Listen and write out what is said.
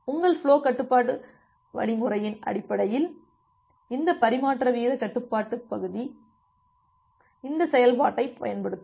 உங்கள் ஃபுலோ கட்டுப்பாட்டு வழிமுறையின் அடிப்படையில் இந்த பரிமாற்ற வீத கட்டுப்பாட்டு தொகுதி இந்த செயல்பாட்டைப் பயன்படுத்தும்